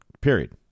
Period